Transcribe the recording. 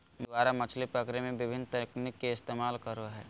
मछुआरा मछली पकड़े में विभिन्न तकनीक के इस्तेमाल करो हइ